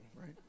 right